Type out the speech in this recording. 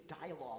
dialogue